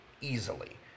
easily